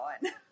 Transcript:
one